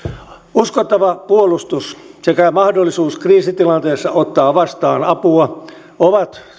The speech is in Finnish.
uskottava puolustus sekä mahdollisuus kriisitilanteessa ottaa vastaan apua ovat